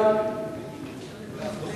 החלטת